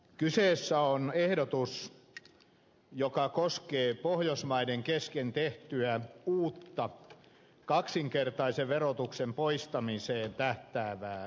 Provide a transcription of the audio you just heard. kyseessä on ehdotus joka koskee pohjoismaiden kesken tehtyä uutta kaksinkertaisen verotuksen poistamiseen tähtäävää sopimusta